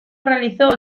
realizó